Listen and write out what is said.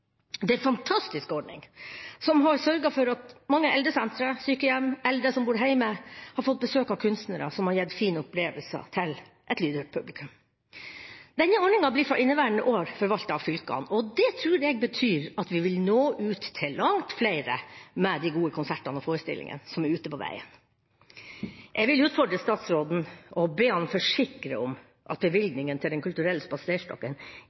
Det er ei fantastisk ordning som har sørget for at mange eldresentre, sykehjem og eldre som bor hjemme, har fått besøk av kunstnere som har gitt fine opplevelser til et lydhørt publikum. Denne ordninga blir fra inneværende år forvaltet av fylkene, og det tror jeg betyr at vi vil nå ut til langt flere med de gode konsertene og forestillingene som er ute på veien. Jeg vil utfordre statsråden og be ham forsikre om at bevilgningen til Den kulturelle spaserstokken